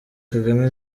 kagame